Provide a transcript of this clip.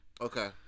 Okay